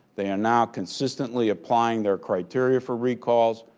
they are now consistently applying their criteria for recalls.